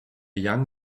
young